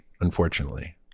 unfortunately